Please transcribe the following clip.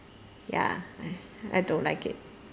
ya I I don't like it